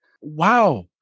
wow